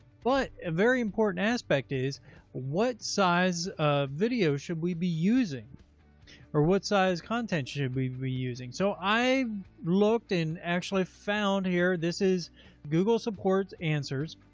but a very important aspect is what size of video should we be using or what size content should we be using? so i looked and actually found here, this is google support answers.